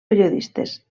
periodistes